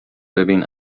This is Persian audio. ببین